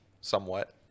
somewhat